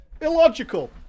Illogical